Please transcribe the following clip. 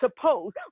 suppose